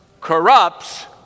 corrupts